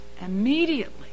immediately